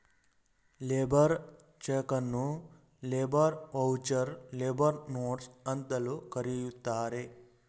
labour ಚಕನ್ನು labour voucher, labour notes ಅಂತಲೂ ಕರೆಯುತ್ತಾರೆ